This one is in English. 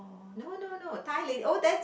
no no no Thai lady oh that's